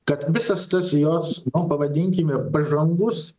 kad visas tas jos nu pavadinkime pažangus